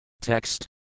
Text